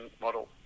model